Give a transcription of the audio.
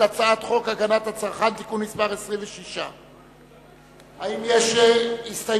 הצעת חוק הגנת הצרכן (תיקון מס' 26). האם יש הסתייגויות?